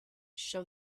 show